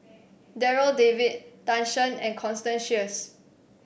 Darryl David Tan Shen and Constance Sheares